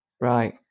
Right